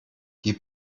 die